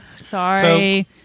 Sorry